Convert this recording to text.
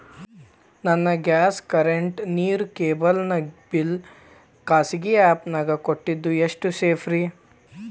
ನನ್ನ gas current, ನೇರು, cable ನ ಬಿಲ್ ಖಾಸಗಿ ಆ್ಯಪ್ ನ್ಯಾಗ್ ಕಟ್ಟೋದು ಎಷ್ಟು ಸೇಫ್ರಿ?